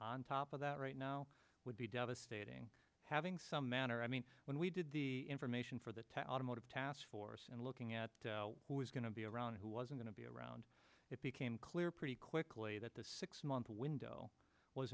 on top of that right now would be devastating having some manner i mean when we did the information for the to automotive task force and looking at who was going to be around who wasn't going to be around it became clear pretty quickly that the six month window was